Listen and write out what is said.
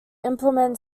implement